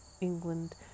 England